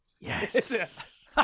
Yes